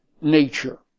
nature